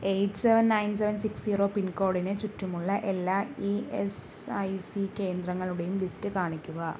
eight seven nine seven six zero പിൻകോഡിന് ചുറ്റുമുള്ള എല്ലാ ഇ എസ് ഐ സി കേന്ദ്രങ്ങളുടെയും ലിസ്റ്റ് കാണിക്കുക